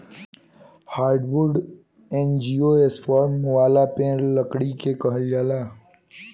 hardwood angiosperm वाला पेड़ लकड़ी के कहल जाला